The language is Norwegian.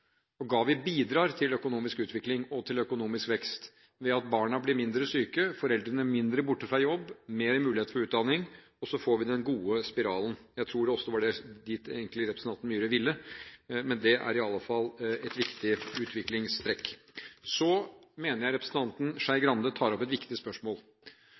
bidrar til økonomisk utvikling og økonomisk vekst ved at barna blir mindre syke, foreldrene mindre borte fra jobb, flere muligheter for utdanning, og slik får vi den gode spiralen. Jeg tror også at det var dit representanten Myhre egentlig ville, men det er i alle fall et viktig utviklingstrekk. Jeg mener representanten Skei Grande tar opp et viktig spørsmål,